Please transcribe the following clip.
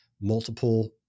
multiple